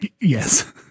Yes